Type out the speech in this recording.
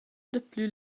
daplü